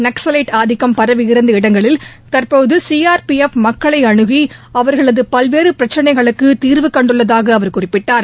நக்ஸலைட் ஆதிக்கம் பரவியிருந்த இடங்களில் தற்போது சி ஆர் பி எப் மக்களை அனுகி அவர்களது பல்வேறு பிரச்சினைகளுக்கு தீர்வு கண்டுள்ளதாக அவர் குறிப்பிட்டார்